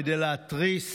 כדי להתריס.